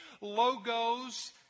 logos